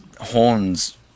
horns